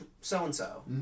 so-and-so